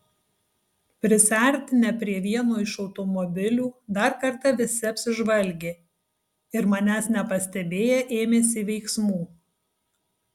prisiartinę prie vieno iš automobilių dar kartą visi apsižvalgė ir manęs nepastebėję ėmėsi veiksmų